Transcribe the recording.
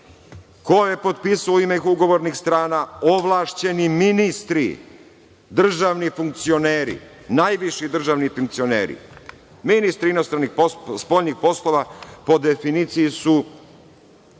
Ko je potpisao u ime ugovornih strana? Ovlašćeni ministri, državni funkcioneri, najviši državni funkcioneri. Ministri spoljnih poslova, po definiciji su,